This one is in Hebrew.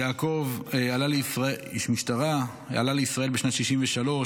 יעקב עלה לישראל בשנת 1963,